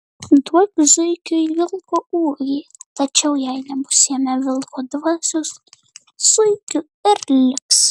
duok zuikiui vilko ūgį tačiau jai nebus jame vilko dvasios zuikiu ir liks